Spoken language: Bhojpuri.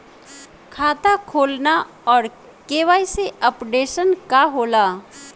खाता खोलना और के.वाइ.सी अपडेशन का होला?